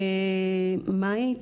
מאי,